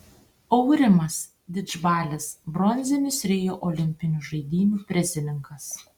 aurimas didžbalis bronzinis rio olimpinių žaidynių prizininkas